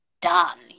done